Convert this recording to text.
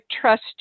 trust